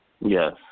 Yes